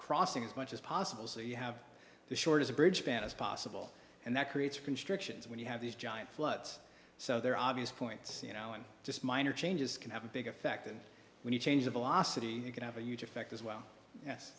crossing as much as possible so you have the shortest bridge panels possible and that creates constructions when you have these giant floods so there are obvious points you know and just minor changes can have a big effect and when you change the velocity you can have a huge effect as well yes